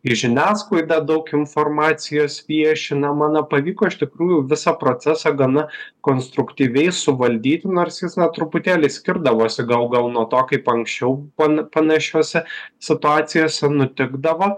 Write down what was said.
į žiniasklaidą daug informacijos viešinama na pavyko iš tikrųjų visą procesą gana konstruktyviai suvaldyti nors jis na truputėlį skirdavosi gal gal nuo to kaip anksčiau pan panašiose situacijose nutikdavo